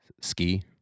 ski